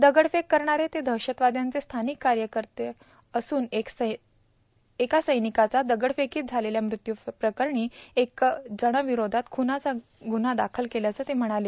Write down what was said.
दगडफेक करणारे ते दहशतवाद्यांचे स्थानिक कार्यकर्ते असून एका सैनिकाचा दगडफेकीत झालेल्या मृत्युप्रकरणी एका जणाविरोधात खुणाचा गुन्हा दाखल केला असल्याचं ते म्हणाले